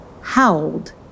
howled